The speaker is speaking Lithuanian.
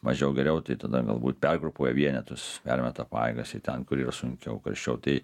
mažiau geriau tai tada galbūt pergrupuoja vienetus permeta pajėgas į ten kur yra sunkiau karščiau tai